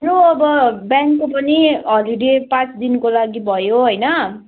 लु अब ब्याङ्कको पनि होलिडे पाँच दिनको लागि भयो होइन